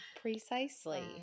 Precisely